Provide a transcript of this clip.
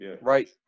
right